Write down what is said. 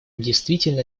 действительно